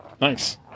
nice